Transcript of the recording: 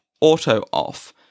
auto-off